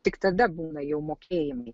tik tada būna jau mokėjimai